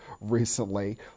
recently